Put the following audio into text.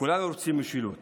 כולנו רוצים משילות,